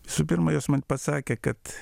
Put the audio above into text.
visų pirma jos man pasakė kad